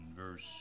verse